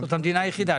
זאת המדינה היחידה.